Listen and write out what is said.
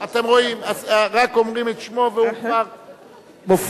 ועוברים להצעת החוק של חברת הכנסת מרינה